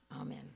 Amen